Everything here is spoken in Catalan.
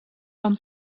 són